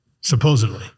Supposedly